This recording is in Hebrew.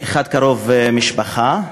אחד קרוב משפחה,